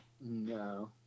No